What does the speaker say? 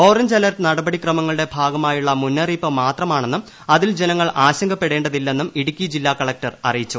orange alert നടപടിക്രമങ്ങളുടെ ഭാഗമായുള്ള മുന്നറിയിപ്പ് മാത്രമാണെന്ന് അതിൽ ജനങ്ങൾ ആശങ്കപ്പെടേണ്ടതില്ലെന്നും ഇടുക്കി ജില്ലാക്കൂളക്ടർ അറിയിച്ചു